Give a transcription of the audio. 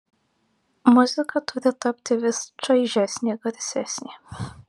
muzika turi tapti vis čaižesnė garsesnė